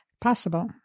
Possible